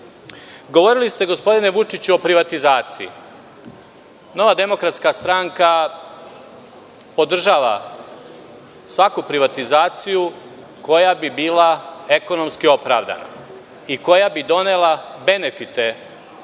govorili ste o privatizaciji. Nova demokratska stranka podržava svaku privatizaciju koja bi bila ekonomski opravdana i koja bi donela benefite